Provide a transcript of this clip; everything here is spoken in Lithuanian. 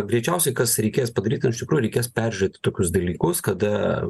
greičiausiai kas reikės padaryt nu ištikrųjų reikės peržiūrėt tokius dalykus kada